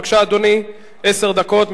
בבקשה, אדוני, עשר דקות.